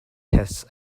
tests